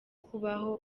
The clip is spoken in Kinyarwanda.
kubaho